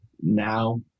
Now